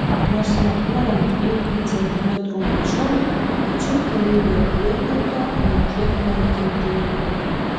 nors matuojant ilgį centimetrų mažiau tačiau keleivių erdvė dėl to nė kiek nenukentėjo